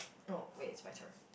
no wait it's my turn